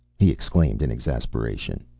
he exclaimed in exasperation.